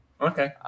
Okay